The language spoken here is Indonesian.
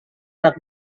rak